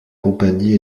compagnie